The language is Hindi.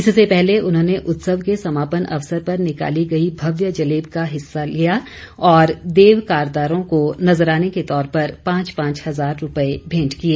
इससे पहले उन्होंने उत्सव के समापन अवसर पर निकाली गई भव्य जलेब में हिस्सा लिया और देव कारदारों को नजराने के तौर पर पांच पांच हजार रूपए भेंट किए